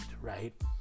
right